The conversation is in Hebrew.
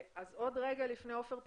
דובר נוסף לפני תגובתו של עופר,